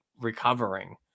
recovering